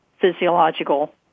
physiological